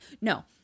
No